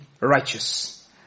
righteous